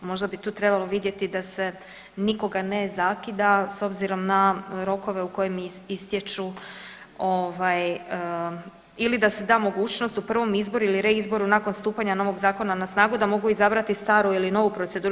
Možda bi tu trebalo vidjeti da se nikoga ne zakida s obzirom na rokove u kojima istječu ili da se da mogućnost u prvom izboru ili reizboru nakon stupanja novog Zakona na snagu da mogu izabrati staru ili novu proceduru.